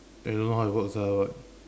I don't know how it works ah but